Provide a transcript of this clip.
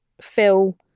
Phil